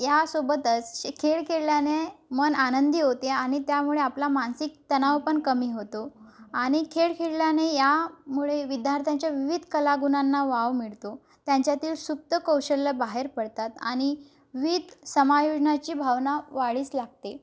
यासोबतच असे खेळ खेळल्याने मन आनंदी होते आणि त्यामुळे आपला मानसिक तणाव पण कमी होतो आणि खेळ खेळल्याने यामुळे विद्यार्थ्यांच्या विविध कलागुणांना वाव मिळतो त्यांच्यातील सुप्त कौशल्य बाहेर पडतात आणि विविध समायोजनाची भावना वाढीस लागते